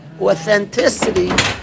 authenticity